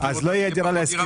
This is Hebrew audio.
אותה --- אז לא תהיה דירה להשכיר.